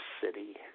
City